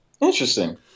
interesting